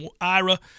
Ira